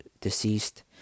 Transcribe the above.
deceased